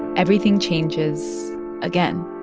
everything changes again